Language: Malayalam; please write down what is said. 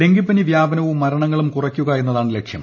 ഡെങ്കിപ്പനി വ്യാപനവും മരണങ്ങളും കുറയ്ക്കുക എന്നതാണ് ലക്ഷ്യം